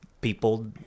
people